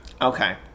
Okay